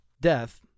Death